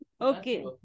Okay